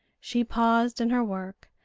she paused in her work,